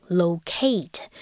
locate